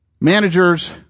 managers